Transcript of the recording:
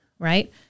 right